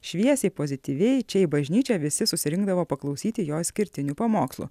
šviesiai pozityviai čia į bažnyčią visi susirinkdavo paklausyti jo išskirtinių pamokslų